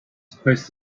supposed